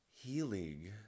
healing